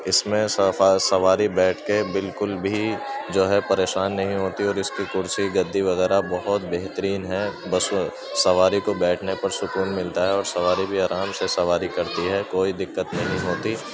اس میں سواری بیٹھ کے بالکل بھی جو ہے پریشان نہیں ہوتی اور اس کی کرسی گدی وغیرہ بہت بہترین ہے بس وہ سواری کو بیٹھنے پر سکون ملتا ہے اور سواری بھی آرام سے سواری کرتی ہے کوئی دقت نہیں ہوتی